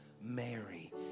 Mary